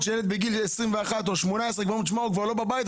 שילד בגיל 21 או 18 אומרים לו: הוא כבר לא בבית,